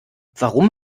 warum